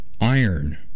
iron